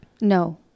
No